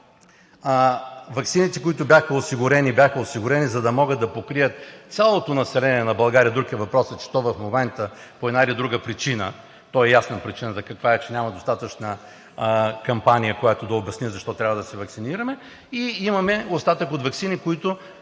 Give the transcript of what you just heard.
Ваксините, които бяха осигурени, бяха осигурени, за да могат да покрият цялото население на България. Друг е въпросът, че то в момента, по една или друга причина – то е ясна каква е причината, че няма достатъчна кампания, която да обясни защо трябва да се ваксинираме, имаме остатък от ваксини, които